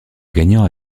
gagnant